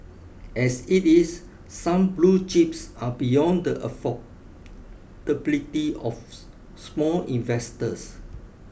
as it is some blue chips are beyond the affordability of small investors